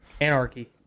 Anarchy